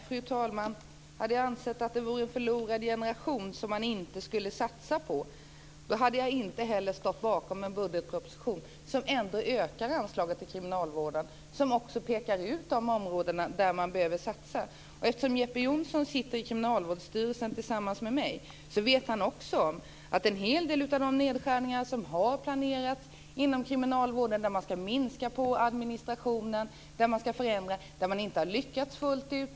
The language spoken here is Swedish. Fru talman! Om jag hade ansett att det vore en förlorad generation som vi inte skulle satsa på hade jag inte heller stått bakom en budgetproposition som ändå innebär att anslaget till kriminalvården ökar och där man också pekar ut de områdena där man behöver satsa. Eftersom Jeppe Johnsson sitter i Kriminalvårdsstyrelsen tillsammans med mig känner han också till en hel del av de nedskärningar som har planerats inom kriminalvården. Man ska minska på administrationen. Man ska förändra. Man har inte har lyckats fullt ut.